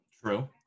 True